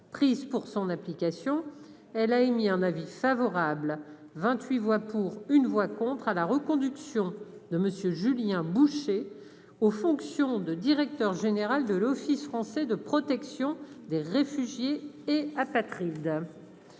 prises pour son application, elle a émis un avis favorable 28 voix pour, une voix contre à la reconduction de Monsieur Julien Boucher aux fonctions de directeur général de l'Office français de protection des réfugiés et apatrides,